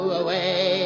away